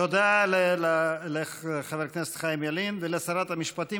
תודה לחבר הכנסת חיים ילין ולשרת המשפטים.